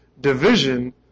division